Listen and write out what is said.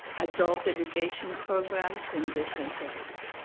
adult education programs in different settings.